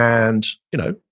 and you know,